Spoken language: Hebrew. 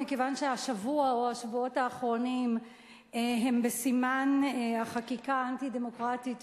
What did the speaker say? מכיוון שהשבוע או השבועות האחרונים הם בסימן החקיקה האנטי-דמוקרטית,